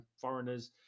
foreigners